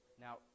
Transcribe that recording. Now